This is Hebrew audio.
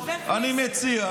חבר הכנסת.